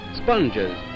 Sponges